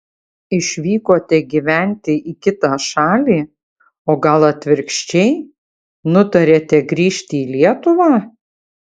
išvykote gyventi į kitą šalį o gal atvirkščiai nutarėte grįžti į lietuvą